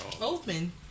open